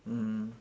mm